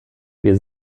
wir